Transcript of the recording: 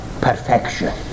perfection